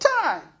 time